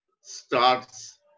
starts